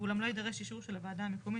ואולם לא יידרש אישור של הוועדה המקומית,